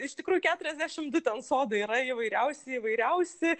iš tikrųjų keturiasdešim du ten sodai yra įvairiausi įvairiausi